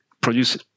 produce